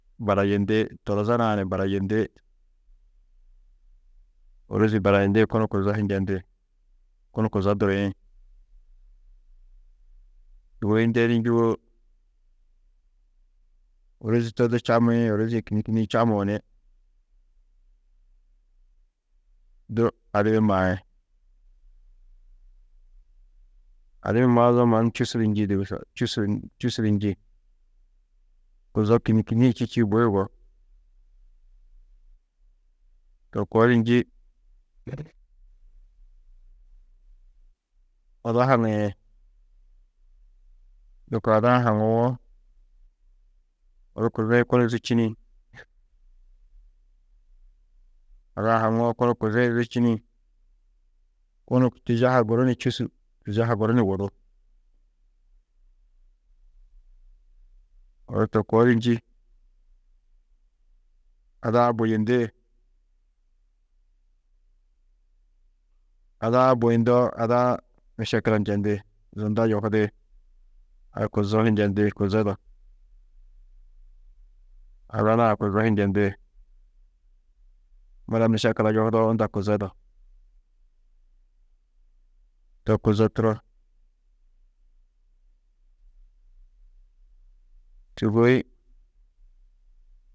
Barayindi toraza nuã ni barayindi, ôrozi barayindi, kunu kuzo hi njendi, kunu kuzo duriĩ. Sûgoi ndedî njûwo ôrozi to du čammiĩ, ôrozi-ĩ kînni, kînniĩ čammuũ ni du adibi maĩ, adibi mawo mannu čûsu du njî dugusa, čûsu čûsu du njî, kuzo kînni kînniĩ čî čîidi bui yugó. To koo di njî odo haŋiĩ, lôko ada-ã haŋuwo, odu kuzi-ĩ kunu zûčini, ada-ã haŋuwo kunu kuzi-ĩ zûčini, kunu tîjaha guru ni čûsu, tîjaha guru ni wudu, odu to koo di njî, ada-ã buyindi, ada-ã buyundoo, ada-ã mešekila njendi, zunda yohidi, a kuzo ho njendi kuzodo, ada nuã kuzo ho njendi, mura mešekila yohudoo, unda kuzodo, to kuzo turo. Sûgoi.